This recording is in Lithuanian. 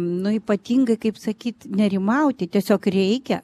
nu ypatingai kaip sakyt nerimauti tiesiog reikia